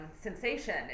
sensation